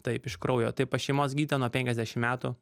taip iš kraujo tai pas šeimos gydytoją nuo penkiasdešimt metų